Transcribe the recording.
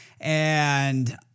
And-